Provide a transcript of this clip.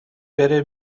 بره